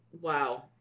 Wow